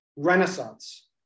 Renaissance